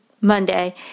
Monday